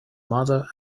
mother